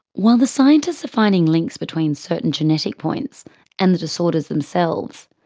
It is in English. while the scientists are finding links between certain genetic points and the disorders themselves,